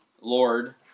Lord